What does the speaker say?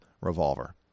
revolver